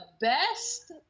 best